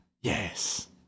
Yes